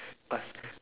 pass